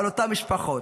על אותן משפחות,